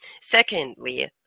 secondly